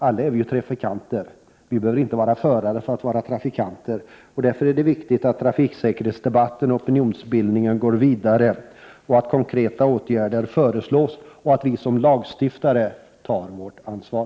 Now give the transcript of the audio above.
Alla behöver inte vara förare för att räknas som trafikanter. Därför är det viktigt att trafiksäkerhetsdebatten och opinionsbildningen går vidare och att det föreslås konkreta åtgärder samt att vi som lagstiftare tar vårt ansvar.